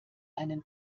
einen